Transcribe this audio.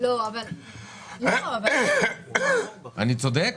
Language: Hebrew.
אני צודק?